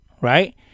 right